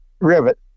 rivet